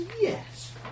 Yes